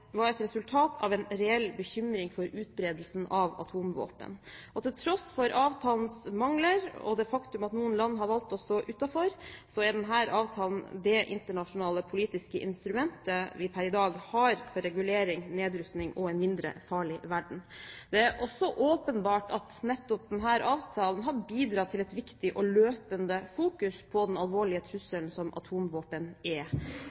var et resultat av en reell bekymring for utbredelsen av atomvåpen. Til tross for avtalens mangler og det faktum at noen land har valgt å stå utenfor, er denne avtalen det internasjonale politiske instrumentet vi pr. i dag har for regulering, nedrustning og en mindre farlig verden. Det er også åpenbart at nettopp denne avtalen har bidratt til en viktig og løpende fokusering på den alvorlige trusselen som atomvåpen er.